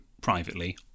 privately